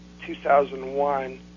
2001